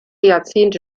jahrzehnte